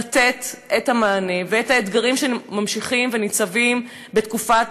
לתת את המענה ואת האתגרים שממשיכים וניצבים בתקופת